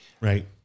right